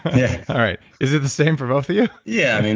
yeah all right. is it the same for both of you? yeah.